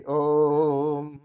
om